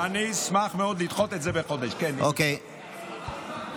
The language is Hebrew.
אני אשמח מאוד לדחות את זה בחודש, כן, אם אפשר.